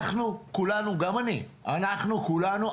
אנחנו כולנו, גם אני, אשמים.